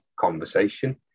conversation